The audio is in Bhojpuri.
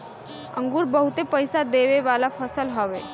अंगूर बहुते पईसा देवे वाला फसल हवे